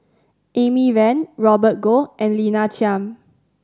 Amy Van Robert Goh and Lina Chiam